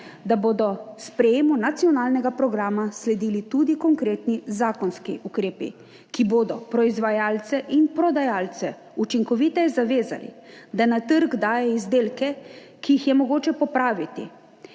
da bodo sprejemu nacionalnega programa sledili tudi konkretni zakonski ukrepi, ki bodo proizvajalce in prodajalce učinkoviteje zavezali, da na trg dajejo izdelke, ki jih je mogoče popraviti,